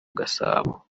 gasabo